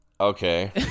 Okay